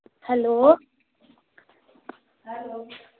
hello